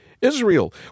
Israel